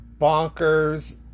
bonkers